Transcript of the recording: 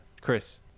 Chris